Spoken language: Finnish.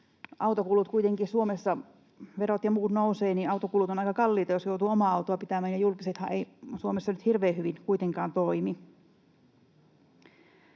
muut — kuitenkin Suomessa nousevat ja autokulut ovat aika kalliita, jos joutuu omaa autoa pitämään, ja julkisethan eivät Suomessa nyt hirveän hyvin kuitenkaan toimi.